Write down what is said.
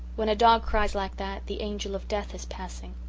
when a dog cries like that the angel of death is passing.